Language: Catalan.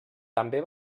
també